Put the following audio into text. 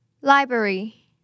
Library